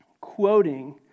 quoting